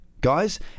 Guys